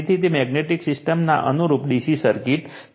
તેથી તે મેગ્નેટિક સિસ્ટમના અનુરૂપ DC સર્કિટ છે